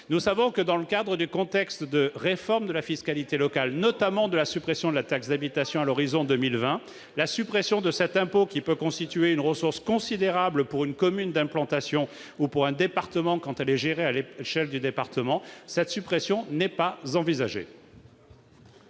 communaux ! Dans le cadre du contexte de réforme de la fiscalité locale, notamment de la suppression de la taxe d'habitation à l'horizon 2020, la suppression de cet impôt, qui peut constituer une ressource considérable pour une commune d'implantation, ou pour un département quand elle est gérée à l'échelle du département, n'est pas envisagée.